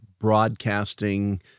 broadcasting